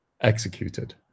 executed